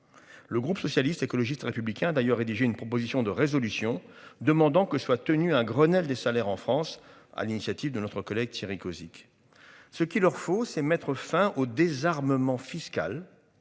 Le groupe socialiste, écologiste républicain d'ailleurs rédigé une proposition de résolution demandant que soit tenu un Grenelle des salaires en France à l'initiative de notre collègue Thierry Cozic ce qu'il leur faut, c'est mettre fin au désarmement fiscal